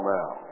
now